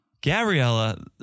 Gabriella